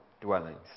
dwellings